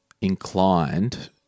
inclined